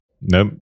Nope